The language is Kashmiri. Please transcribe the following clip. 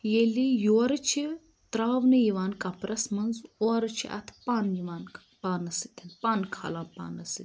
ییٚلہِ یورٕ چھِ تَراونہٕ یِوان کَپرَس منٛز اورٕ چھِ اَتھ پَن یِوان پانَس سۭتۍ پَن خالان پانَس سۭتۍ